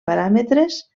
paràmetres